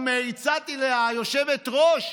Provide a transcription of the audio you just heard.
גם הצעתי ליושבת-ראש,